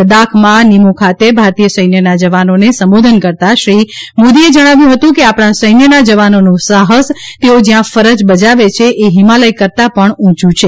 લડાખમાં નિમો ખાતે ભારતીય સૈન્યના જવાનો ને સંબોધન કરતા શ્રી મોદીએ એ જણાવ્યું હતું કે આપણા સૈન્યના જવાનોનું સાહસ તેઓ જ્યાં ફરજ બજાવે છે એ હિમાલય કરતા પણ ઊંચું છે